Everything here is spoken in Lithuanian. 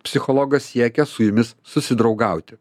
psichologas siekia su jumis susidraugauti